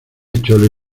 chole